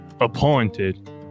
appointed